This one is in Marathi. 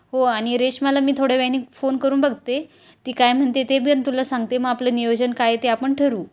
हो आणि रेश्माला मी थोड्या वेळाने फोन करून बघते ती काय म्हणते ते पण तुला सांगते मग आपलं नियोजन काय ते आपण ठरू